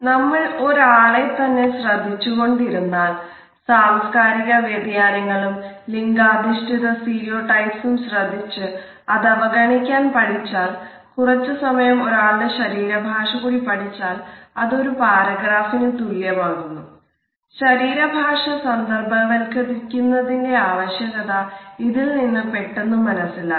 നമ്മൾ ഒരാളെ തന്നെ ശ്രദ്ധിച്ചുകൊണ്ടിരുന്നാൽ സാംസ്കാരിക വ്യതിയാനങ്ങളും ലിംഗാധിഷ്ഠിത സ്റ്റീരിയോടൈപ്പ്സും ശ്രദ്ധിച്ച് അത് അവഗണിക്കാൻ പഠിച്ചാൽ കുറച്ചു സമയം ഒരാളുടെ ശരീര ഭാഷ കൂടി പഠിച്ചാൽ അത് ഒരു പാരഗ്രാഫിനുശരീര ഭാഷ സന്ദര്ഭവത്കരിക്കുന്നതിന്റെ ആവശ്യകത ഇതിൽ നിന്ന് നമുക്ക് മനസിലാക്കാം